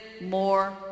more